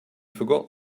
forgot